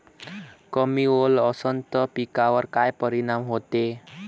कमी ओल असनं त पिकावर काय परिनाम होते?